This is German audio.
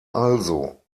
also